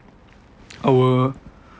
our